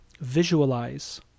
visualize